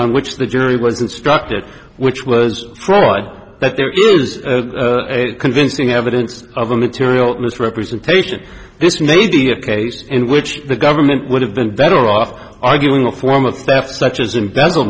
on which the jury was constructed which was fraud but there is convincing evidence of a material misrepresentation this may be a case in which the government would have been better off arguing a form of stuff such as embezzle